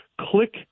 Click